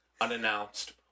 unannounced